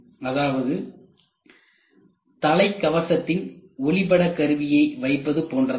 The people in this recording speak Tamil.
அதாவது தலைக்கவசத்தின் ஒளிப்படக் கருவியை வைப்பது போன்றதாகும்